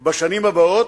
בשנים הבאות,